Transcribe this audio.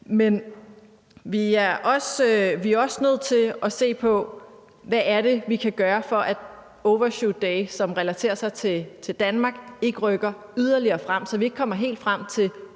Men vi er også nødt til at se på, hvad det er, vi kan gøre, for at overshootday, som relaterer sig til Danmark, ikke rykker yderligere frem, altså så vi ikke kommer frem til